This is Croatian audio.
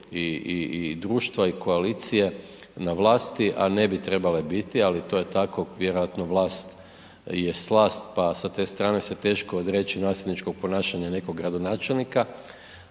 i društva i koalicije na vlasti, a ne bi trebale biti, ali to je tako, vjerojatno vlast je slast, pa sa te strane se teško odreći nasilničkog ponašanja nekog gradonačelnika,